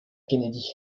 kennedy